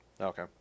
Okay